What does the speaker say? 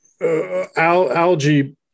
algae